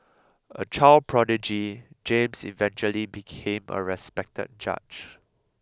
a child prodigy James eventually became a respected judge